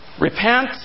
repent